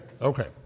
Okay